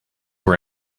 were